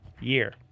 year